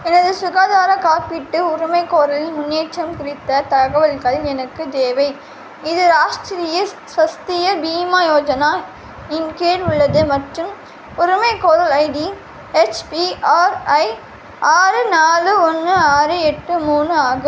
எனது சுகாதார காப்பீட்டு உரிமைக்கோரலின் முன்னேற்றம் குறித்த தகவல்கள் எனக்கு தேவை இது ராஷ்டிரிய ஸ்வஸ்திய பீமா யோஜனா இன் கீழ் உள்ளது மற்றும் உரிமைக்கோரல் ஐடி ஹெச்பிஆர்ஐ ஆறு நாலு ஒன்று ஆறு எட்டு மூணு ஆகும்